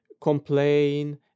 Complain